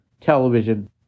television